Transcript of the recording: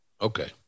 Okay